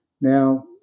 Now